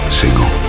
single